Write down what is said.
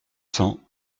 cents